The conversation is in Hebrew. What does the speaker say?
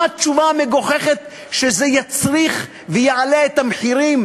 מה התשובה המגוחכת שזה יצריך ויעלה את המחירים